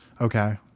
Okay